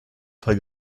faire